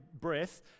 breath